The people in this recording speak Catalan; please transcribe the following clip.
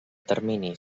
termini